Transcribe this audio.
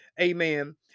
amen